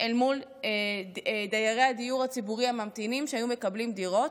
מול דיירי הדיור הציבורי הממתינים שהיו מקבלים דירות.